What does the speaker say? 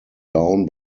down